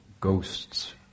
ghosts